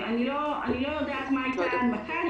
אני לא יודעת מה הייתה ההנמקה.